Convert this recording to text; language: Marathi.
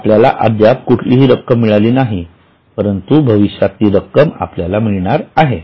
आपल्याला अद्याप कुठलीही रक्कम मिळालेली नाही परंतु भविष्यात ती रक्कम आपल्याला मिळणार आहे